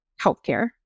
healthcare